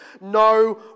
No